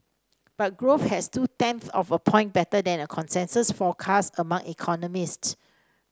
but growth has two tenths of a point better than a consensus forecast among economists